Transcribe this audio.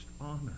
honor